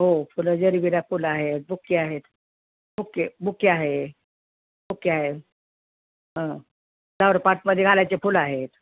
हो फुलं जरिबेरा फुलं आहेत बुक्के आहेत बुक्के बुक्के आहे बुक्के आहे हं फ्लावरपाटमध्ये घालायची फुलं आहेत